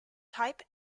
type